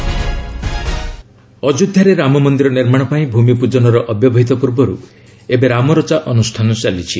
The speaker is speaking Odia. ଅଯୋଧ୍ୟା ଭୂମିପୂଜନ ଅଯୋଧ୍ୟାରେ ରାମମନ୍ଦିର ନିର୍ମାଣ ପାଇଁ ଭୂମିପୂଜନର ଅବ୍ୟବହିତ ପୂର୍ବରୁ ଏବେ ରାମରଚା ଅନୁଷ୍ଠାନ ଚାଲିଛି